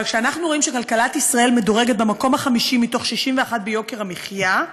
אבל כשאנחנו רואים שכלכלת ישראל מדורגת במקום ה-50 מתוך 61 ביוקר המחיה,